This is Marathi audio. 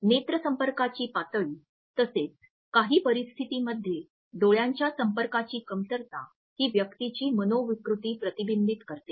नेत्रसंपर्काची पातळी तसेच काही परिस्थितींमध्ये डोळ्यांच्या संपर्कांची कमतरता ही व्यक्तीची मनोविकृती प्रतिबिंबित करते